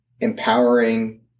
empowering